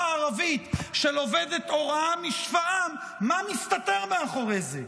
הערבית של עובדת הוראה משפרעם מה מסתתר מאחורי זה.